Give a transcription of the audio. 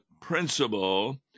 principle